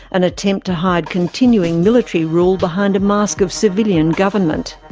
an attempt to hide continuing military rule behind a mask of civilian government.